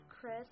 Chris